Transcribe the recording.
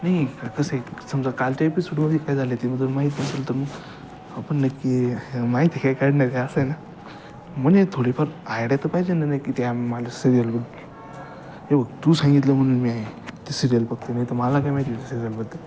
नाही क कसं आहे क समजा कालच्या एपिसोडमध्ये काय झालं आहे ते मग जर माहीत नसंल तर मग आपण नक्की माहिती काय काढणार का असं आहे ना म्हणजे थोडीफार आयडिया तर पाहिजे ना नाही की त्या मला सिरियलबद्द हे वघ तू सांगितलं म्हणून मी आहे ती सिरियल बघतो आहे नाही तर मला काय माहिती त्या सिरियलबद्दल